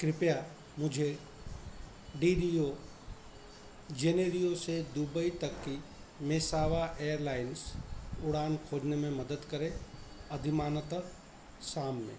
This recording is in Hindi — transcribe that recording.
कृपया मुझे डी रियो जेनेरियो से दुबई तक की मसाबा एयरलाइन्स उड़ान खोजने में मदद करें अधिमानत शाम में